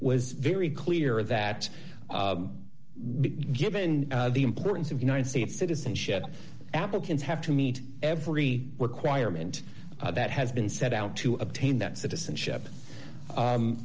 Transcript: was very clear that given the importance of united states citizenship apple can have to meet every requirement that has been set out to obtain that citizenship